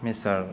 मिसतार